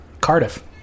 Cardiff